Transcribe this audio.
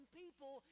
people